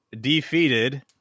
defeated